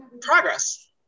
Progress